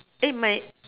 eh my